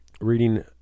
reading